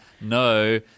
no